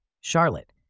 Charlotte